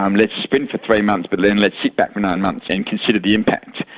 um let's sprint for three months, but then let's sit back for nine months and consider the impact.